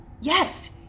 Yes